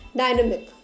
dynamic